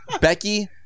Becky